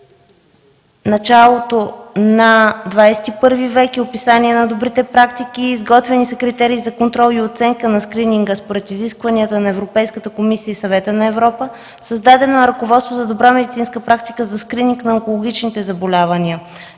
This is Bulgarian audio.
в началото на 21 век и описание на добрите практики. Изготвени са критерии за контрол и оценка на скрининга според изискванията на Европейската комисия и Съвета на Европа. Създадено е ръководство за добра медицинска практика за скрининг на онкологичните заболявания.